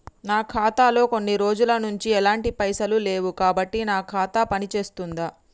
నా ఖాతా లో కొన్ని రోజుల నుంచి ఎలాంటి పైసలు లేవు కాబట్టి నా ఖాతా పని చేస్తుందా?